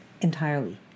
entirely